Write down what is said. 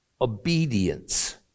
Obedience